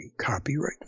copyright